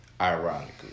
ironically